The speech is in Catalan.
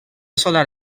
solar